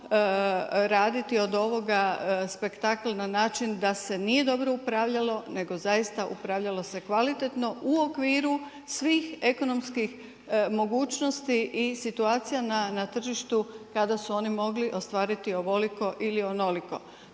raditi od ovoga spektakl na način da se nije dobro upravljalo nego zaista upravljalo se kvalitetno u okviru svih ekonomskih mogućnosti i situacija na tržištu kada su oni mogli ostvariti ovoliko ili onoliko.